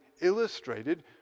illustrated